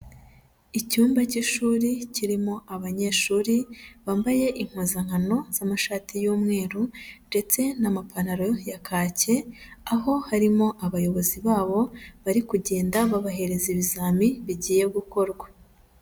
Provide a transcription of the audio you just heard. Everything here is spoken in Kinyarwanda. Icyumba cy'ishuri kirimo abanyeshuri bambaye impuzankano z'amashati y'umweru ndetse n'amapantaro ya kake, aho harimo abayobozi babo bari kugenda babahereza ibizami bigiye gukorwa.